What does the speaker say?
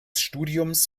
studiums